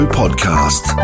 podcast